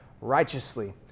righteously